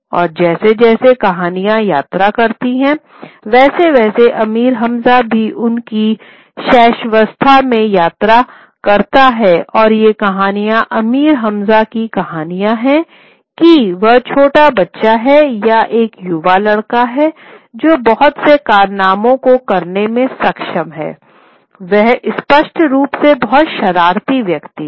और जैसे जैसे कहानियाँ यात्रा करती हैं वैसे वैसे आमिर हमजा भी उसकी शैशवावस्था में यात्रा करता है और ये कहानियाँ आमिर हमज़ा की कहानी है कि वह छोटा बच्चा है या वह युवा लड़का हैं जो बहुत से कारनामों को करने में सक्षम है वह स्पष्ट रूप से बहुत शरारती व्यक्ति है